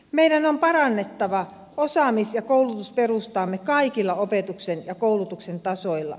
meidän on parannettava osaamis ja koulutusperustaamme kaikilla opetuksen ja koulutuksen tasoilla